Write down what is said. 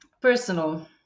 personal